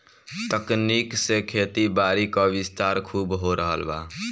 तकनीक से खेतीबारी क विस्तार खूब हो रहल बा